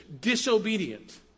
disobedient